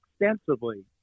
extensively